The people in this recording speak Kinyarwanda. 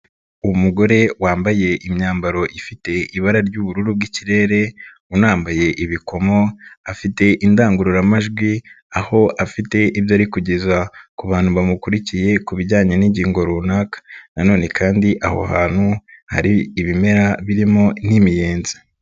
Umugore wambaye imyambaro ifite ibara ry'ubururu bw'ikirere, unambaye ibikomo, afite indangururamajwi, aho afite ibyo ari kugeza ku bantu bamukurikiye ku bijyanye n'ingingo runaka. Na none kandi aho hantu hari ibimera birimo nk'imiyenzi.